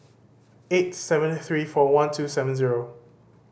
eight seven three four one two seven zero